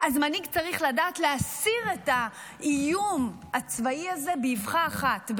מנהיג צריך לדעת להסיר את האיום הצבאי הזה באבחה אחת,